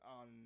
on